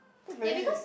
maybe